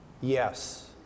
Yes